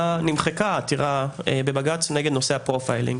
נמחקה עתירה בבג"ץ נגד נושא הפרופיילינג.